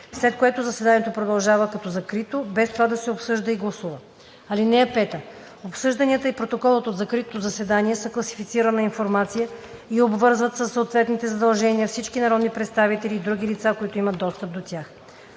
след което заседанието продължава като закрито, без това да се обсъжда и гласува. (5) Обсъжданията и протоколът от закритото заседание са класифицирана информация и обвързват със съответните задължения всички народни представители и други лица, които имат достъп до тях.